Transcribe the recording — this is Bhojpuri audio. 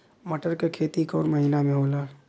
मटर क खेती कवन महिना मे होला?